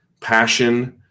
passion